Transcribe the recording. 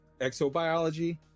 exobiology